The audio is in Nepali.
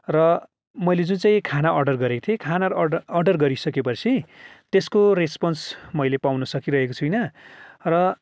र मैले जुन चाहिँ खाना अर्डर गरेको थिएँ खाना अर्डर अर्डर गरिसकेपछि त्यसको रेस्पोन्स मैले पाउन सकिरहेको छुइनँ र